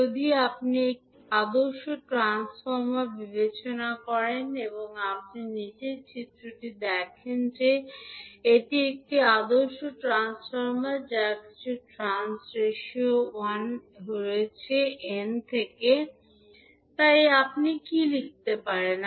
যদি আপনি একটি আদর্শ ট্রান্সফর্মার বিবেচনা করেন আপনি নীচের চিত্রটিতে দেখেন যে এটি একটি আদর্শ ট্রান্সফর্মার যা কিছু ট্রান্স রেশিও 1 রয়েছে n থেকে তাই আপনি কী লিখতে পারেন